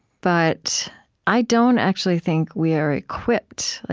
but i don't actually think we are equipped,